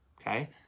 okay